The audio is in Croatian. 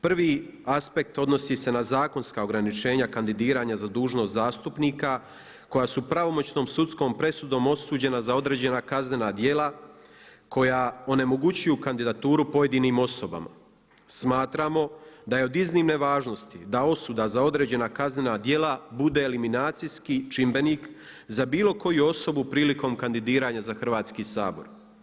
Prvi aspekt odnosi se na zakonska ograničenja kandidiranja za dužnost zastupnika koja su pravomoćnom sudskom presudom osuđena za određena kaznena djela koja onemogućuju kandidaturu pojedinim osobama, smatramo da je od iznimne važnosti da osuda za određena kaznena djela bude eliminacijski čimbenik za bilo koju osobu prilikom kandidiranja za Hrvatski sabor.